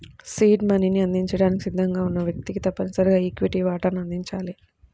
seed మనీని అందించడానికి సిద్ధంగా ఉన్న వ్యక్తికి తప్పనిసరిగా ఈక్విటీ వాటాను అందించాలి